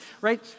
Right